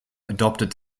adopted